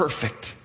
perfect